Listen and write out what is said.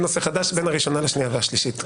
"נושא חדש" בין הראשונה לשנייה והשלישית.